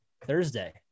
thursday